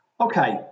Okay